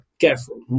careful